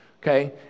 Okay